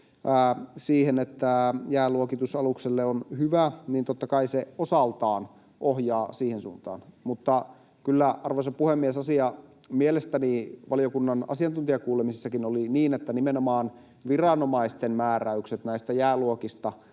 siihen, että jääluokitus alukselle on hyvä, niin totta kai se osaltaan ohjaa siihen suuntaan. Mutta kyllä, arvoisa puhemies, asia mielestäni valiokunnan asiantuntijakuulemisissakin oli niin, että nimenomaan viranomaisten määräykset näistä jääluokista